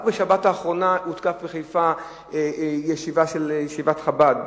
רק בשבת האחרונה הותקפה בחיפה ישיבת חב"ד.